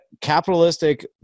capitalistic